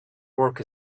work